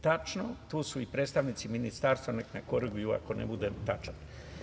Tu su i predstavnici ministarstva, neka me koriguju ako ne budem tačan.